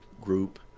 group